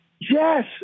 Yes